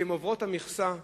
שעוברות את המכסה.